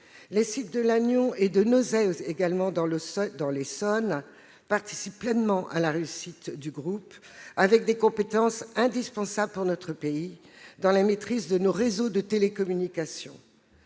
Les sites de Lannion et de Nozay dans l'Essonne participent pleinement à la réussite du groupe avec des compétences indispensables pour notre pays dans la maîtrise de nos réseaux de télécommunication.